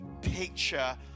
picture